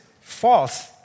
false